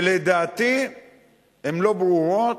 שלדעתי הן לא ברורות,